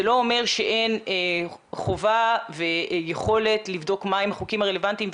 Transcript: זה לא אומר שאין חובה ויכולת לבדוק מה הם החוקים הרלוונטיים,